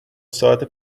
ساعت